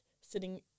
sitting